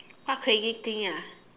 what crazy thing ah